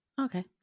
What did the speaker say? Okay